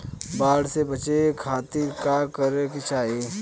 बाढ़ से बचे खातिर का करे के चाहीं?